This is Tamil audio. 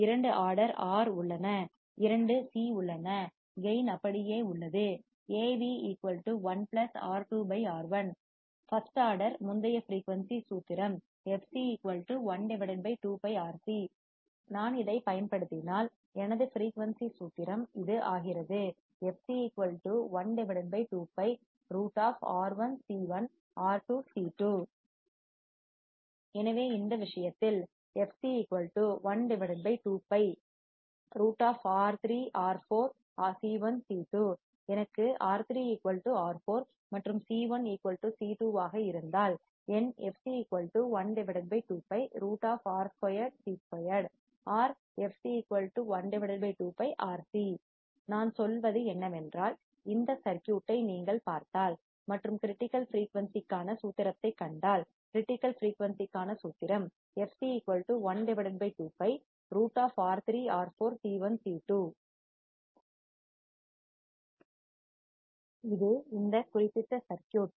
இரண்டு ஆர் உள்ளன மற்றும் இரண்டு சி உள்ளன கேயின் அப்படியே உள்ளது Av 1 R2R1 ஒற்றை வரிசைக்கு ஃபஸ்ட் ஆர்டர் முந்தைய ஃபிரீயூன்சி சூத்திரம் fc 1 2 π நான் இதைப் பயன்படுத்தினால் எனது ஃபிரீயூன்சி சூத்திரம் இது ஆகிறது fc 12 π√ R1C1R2C2 எனவே இந்த விஷயத்தில் fc 1 2 π √R3R4C1C2 எனவே எனக்கு R3 R4 மற்றும் C1 C2 இருந்தால் என் fc 1 2 π √ R2C2 or fc 1 2 πRC நான் சொல்வது என்னவென்றால் இந்த சர்க்யூட் ஐ நீங்கள் பார்த்தால் மற்றும் கிரிட்டிக்கல் ஃபிரீயூன்சிற்கான சூத்திரத்தைக் கண்டால் கிரிட்டிக்கல் ஃபிரீயூன்சிற்கான சூத்திரம் fc 1 2 π √R3R4C1C2 இது இந்த குறிப்பிட்ட சர்க்யூட்